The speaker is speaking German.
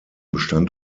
bestand